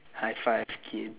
high five kid